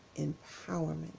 empowerment